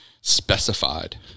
specified